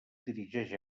dirigeix